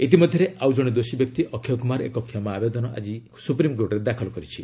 ଇତିମଧ୍ୟରେ ଆଉ ଜଣେ ଦୋଷୀ ବ୍ୟକ୍ତି ଅକ୍ଷୟ କୁମାର ଏକ କ୍ଷମା ଆବେଦନ ସହ ଆଜି ସୁପ୍ରିମକୋର୍ଟଙ୍କ ଦ୍ୱାରସ୍ଥ ହୋଇଛି